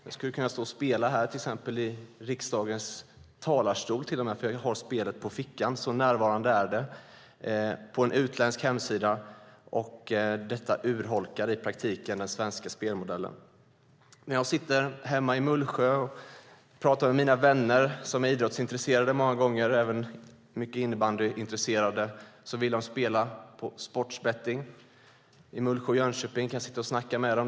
Jag skulle till och med kunna stå och spela här i riksdagens talarstol, för jag har spelet på fickan. Så närvarande är det. Detta urholkar i praktiken den svenska spelmodellen. När jag sitter hemma i Mullsjö och pratar med mina vänner, som många gånger är idrottsintresserade och mycket innebandyintresserade, vill de spela på sportsbetting. I Mullsjö och Jönköping kan jag sitta och snacka med dem.